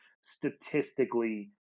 statistically